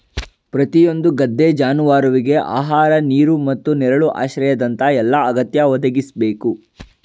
ಪ್ರತಿಯೊಂದು ಗದ್ದೆ ಜಾನುವಾರುವಿಗೆ ಆಹಾರ ನೀರು ಮತ್ತು ನೆರಳು ಆಶ್ರಯದಂತ ಎಲ್ಲಾ ಅಗತ್ಯ ಒದಗಿಸ್ಬೇಕು